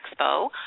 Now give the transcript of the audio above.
expo